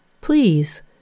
please